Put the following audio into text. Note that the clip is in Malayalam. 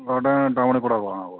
ഇവിടെ ടൗണിൽക്കൂടെ പോവാനാവുമോ